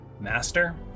master